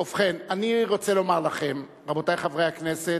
ובכן, אני רוצה לומר לכם, רבותי חברי הכנסת,